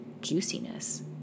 juiciness